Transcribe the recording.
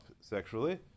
sexually